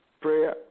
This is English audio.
Prayer